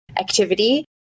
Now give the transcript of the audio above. activity